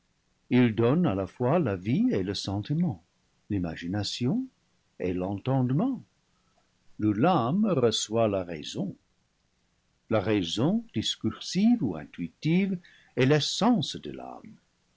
ils donnent à la fois la vie et le sentiment l'imagination et l'entendement d'où l'âme reçoit la raison la raison discursive ou intuitive est l'essence de l'âme